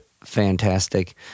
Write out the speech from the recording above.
fantastic